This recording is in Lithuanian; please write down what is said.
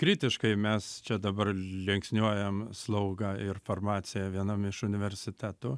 kritiškai mes čia dabar linksniuojam slaugą ir farmaciją vienam iš universitetų